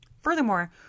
Furthermore